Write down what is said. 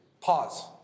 Pause